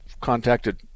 contacted